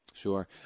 Sure